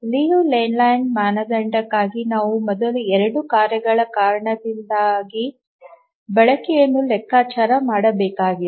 Liu ಲೇಲ್ಯಾಂಡ್ ಮಾನದಂಡಕ್ಕಾಗಿ ನಾವು ಮೊದಲು 2 ಕಾರ್ಯಗಳ ಕಾರಣದಿಂದಾಗಿ ಬಳಕೆಯನ್ನು ಲೆಕ್ಕಾಚಾರ ಮಾಡಬೇಕಾಗಿದೆ